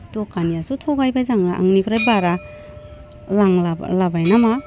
दखानियासो थगायबाय जों आंनिफ्राय बारा रां लांबाय नामा